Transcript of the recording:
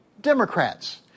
Democrats